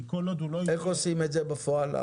איך עושים את זה בפועל?